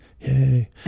Yay